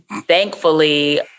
thankfully